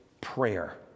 prayer